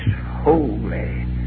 holy